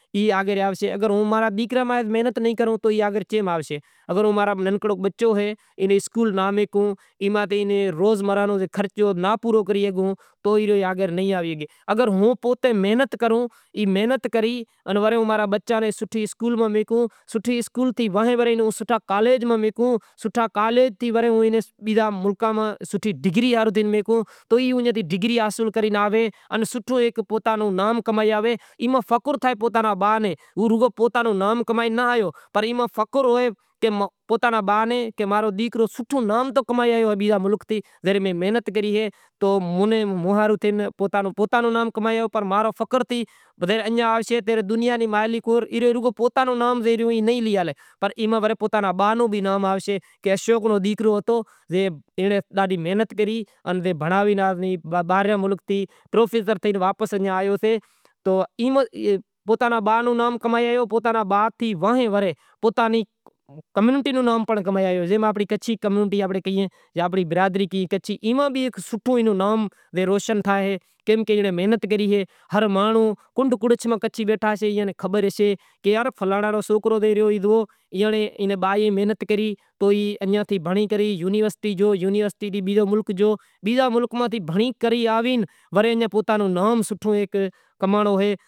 ای آگرآوشے اگر ہوں آپرے ڈیکرا ماتھے محنت ناں کروں تو ای آگر چے ماں آوشے اگر ہوں ماں را ننکو بچو اے روز مراہ رو خرچو پورو ناں کرے شگوں تو سوٹھے اسکول ماں میکوں، سوٹھے کالیج ماں میکوں تو کالیج تھی ورے بیزاں ملکاں میں سوٹھی ڈگری ہاروں تھے میکوں تو ئی اے ڈگری حاصل کری آوے فخر تھے پوتاں نوں با نے ہوں رگو پوتاں نوں نام کمائی ناں آیو۔ تو مانڑاں تو ایوا ایوا بیٹھا اہیں کہ گاڈیوں نویوں کری ہیں انجنڑ بھی ٹھاوی ایں پنچر بھی تھئی ایں تو کائیں بھی ہوئے تو ہیک سینکل بھی آوے تو کہے یار ٹھائی ڈے تو ٹھائی ڈیاں۔ رکشا رو ٹائر تھے گیو تو رکشا رو ٹائر بھی ٹھائی ڈیاں، رکشا نو چین تھی گیو چین نی سیٹنگ تھئی گئی کائیں بھی ہوئے ایوی ٹھائی اے تو ایوو موٹو مسئلو تھئے تو کوئی ایوا ایوا بھی آئے تو بدہاں ناں مطعمن کراں زائے تو اینے کرے۔ موں نیں بئے ترن سال تھئی گیا کام کرتے کرتے موں پانجو دکان کھولیو تو اینے کرے صحیح اے کائیں ٹینشن نہیں تو اتارے موں واڑو استاد بھی آوے دعا سلام تھائے تو استاد بھی ایک دعا لاگے تو صحیح اے، استاد سعں چھوٹی لے پچھے میں مانجو کھولیو اہے استاد نو دکان بیزے پاہے اے مانجو بیزے پاہے ہے تو اینی وجہ ہے۔ تو ماناں گاڈی اسپیئر پارٹ ڈینڑ لینڑ آوی ہیں۔